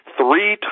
three